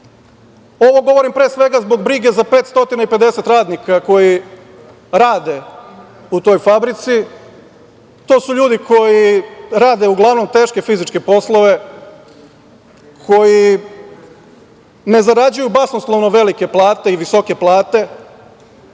govorim, pre svega, zbog brige za 550 radnika koji rade u toj fabrici, i to su ljudi koji rade teške fizičke poslove, koji ne zarađuju basnoslovno velike plate i visoke plate. Jako